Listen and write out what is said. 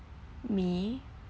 me